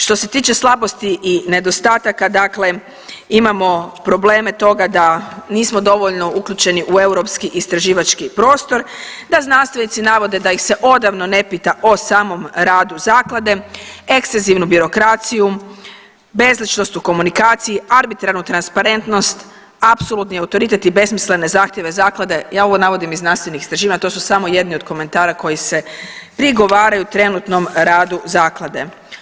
Što se tiče slabosti i nedostataka, dakle imamo probleme toga da nismo dovoljno uključeni u europski istraživački prostor, da znanstvenici navode da ih se odavno ne pita o samom radu Zaklade, ekstenzivnu birokraciju, bezličnost u komunikaciji, arbitrarnu transparentnost, apsolutni autoritet i besmislene zahtjeve Zaklade, ja ovo navodim iz znanstvenih istraživanja, to su samo jedni od komentara koji se prigovaraju trenutnom radu Zaklade.